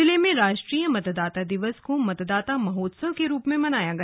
जिले में राष्ट्रीय मतदाता दिवस को मतदाता महोत्सव के रूप में मनाया गया